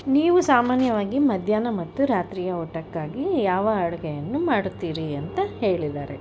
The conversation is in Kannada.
ನೀವು ಸಾಮಾನ್ಯವಾಗಿ ಮಧ್ಯಾಹ್ನ ಮತ್ತು ರಾತ್ರಿಯ ಊಟಕ್ಕಾಗಿ ಯಾವ ಅಡುಗೆಯನ್ನು ಮಾಡುತ್ತೀರಿ ಅಂತ ಹೇಳಿದ್ದಾರೆ